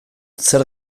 zer